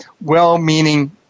well-meaning